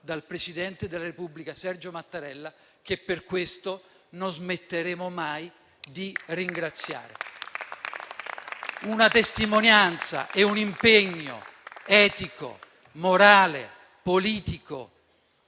dal presidente della Repubblica Sergio Mattarella, che per questo non smetteremo mai di ringraziare. Una testimonianza e un impegno etico, morale, politico,